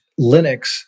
Linux